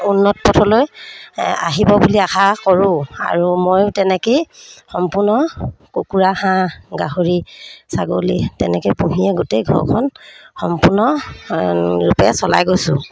উন্নত পথলৈ আহিব বুলি আশা কৰোঁ আৰু মই তেনেকৈয়ে সম্পূৰ্ণ কুকুৰা হাঁহ গাহৰি ছাগলী তেনেকৈ পুহিয়ে গোটেই ঘৰখন সম্পূৰ্ণ ৰূপে চলাই গৈছোঁ